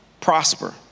prosper